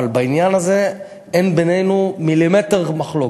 אבל בעניין הזה אין בינינו מילימטר מחלוקת.